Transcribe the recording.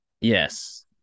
Yes